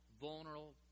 vulnerable